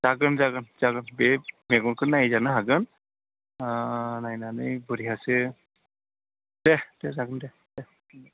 जागोन जागोन जागोन बे मेगनखौ नायजानो हागोन नायनानै बरहियासे दे दे जागोन दे